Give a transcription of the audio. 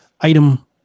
item